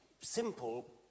simple